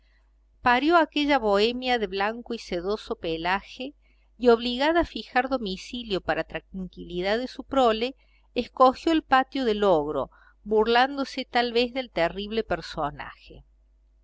parió aquella bohemia de blanco y sedoso pelaje y obligada a fijar domicilio para tranquilidad de su prole escogió el patio del ogro burlándose tal vez del terrible personaje